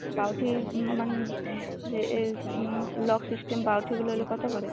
বাউঠি মান যেয়ে lock system বাউটিগুলো ওগুলো কতো করে